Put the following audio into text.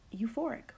euphoric